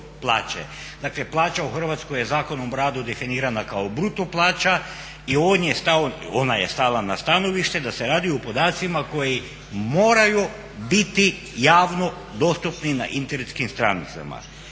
Dakle plaća u Hrvatskoj je Zakonom o radu definirana kao bruto plaća i ona je stala na stanovište da se radi o podacima koji moraju biti javno dostupni na internetskim stranicama.